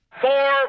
Four